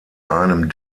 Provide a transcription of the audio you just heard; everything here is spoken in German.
einem